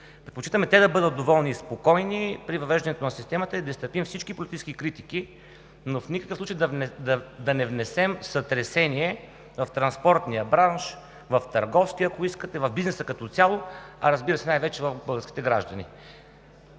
Предпочитаме те да бъдат доволни и спокойни при въвеждането на системата и да изтърпим всички политически критики, но в никакъв случай да не внесем сътресение в транспортния бранш, в търговския, ако искате, в бизнеса като цяло, а, разбира се, най-вече в българските граждани.